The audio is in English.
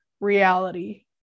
reality